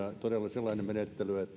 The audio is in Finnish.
sellainen menettely